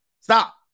Stop